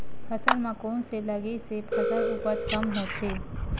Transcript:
फसल म कोन से लगे से फसल उपज कम होथे?